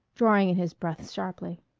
drawing in his breath sharply.